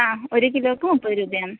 ആ ഒരു കിലോയ്ക്ക് മുപ്പത് രൂപയാണ്